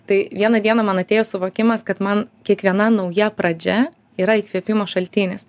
tai vieną dieną man atėjo suvokimas kad man kiekviena nauja pradžia yra įkvėpimo šaltinis